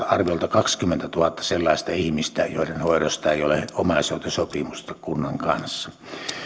arviolta kaksikymmentätuhatta sellaista ihmistä joiden hoidosta ei ole omaishoitosopimusta kunnan kanssa